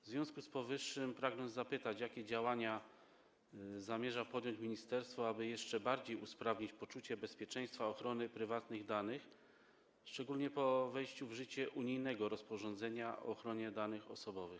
W związku z powyższym pragnę zapytać, jakie działania zamierza podjąć ministerstwo, aby jeszcze bardziej zwiększyć poczucie bezpieczeństwa, usprawnić ochronę prywatnych danych, szczególnie po wejściu w życie unijnego rozporządzenia o ochronie danych osobowych.